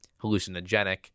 hallucinogenic